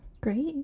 Great